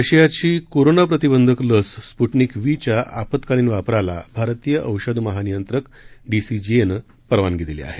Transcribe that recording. रशियाची कोरोनाप्रतिबंधक लस स्पुटनिक वीच्या आपत्कालीन वापराला भारतीय औषध महानियंत्रक डीसीजीएनं परवानगी दिली आहे